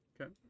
Okay